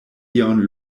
ion